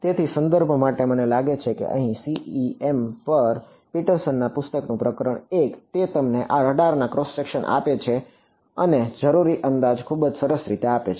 તેથી સંદર્ભ માટે મને લાગે છે કે CEM પર પીટરસનના પુસ્તકનું પ્રકરણ 1 તે તમને આ રડાર ક્રોસ સેક્શન આપે છે અને જરૂરી અંદાજ ખૂબ સરસ રીતે આપે છે